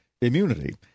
immunity